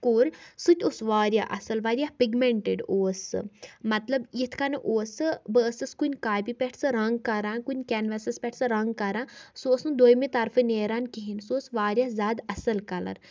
کور سُہ تہِ اوس واریاہ اَصٕل واریاہ پِگمینٹڈ اوس سُہ مطلب یِتھۍ کٔنۍ اوس سُہ بہٕ ٲسٕس کُنہِ کاپی پٮ۪ٹھ سُہ رنگ کران کُنہِ کینوَسس پٮ۪ٹھ سُہ رنگ کران سُہ اوس نہٕ دٔیمہِ طرفہٕ نیران کِہینۍ سُہ اوس واریاہ زیادٕ اَصٕل کَلر